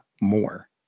more